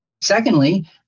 secondly